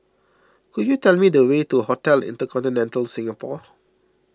could you tell me the way to Hotel Intercontinental Singapore